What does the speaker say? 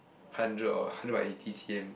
hundred or hundred by eighty C_M